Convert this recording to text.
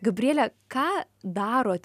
gabriele ką daro